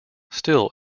still